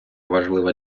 важлива